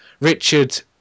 Richard